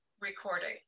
recording